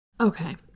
Okay